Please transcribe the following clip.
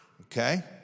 okay